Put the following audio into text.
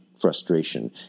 frustration